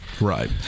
right